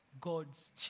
God's